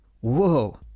Whoa